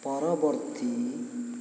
ପରବର୍ତ୍ତୀ